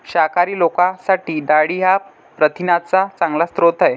शाकाहारी लोकांसाठी डाळी हा प्रथिनांचा चांगला स्रोत आहे